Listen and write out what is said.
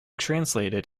translated